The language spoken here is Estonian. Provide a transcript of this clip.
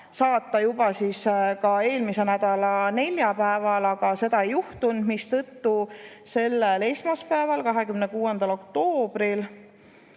saata juba eelmise nädala neljapäeval, aga seda ei juhtunud, mistõttu sellel esmaspäeval, 26. oktoobril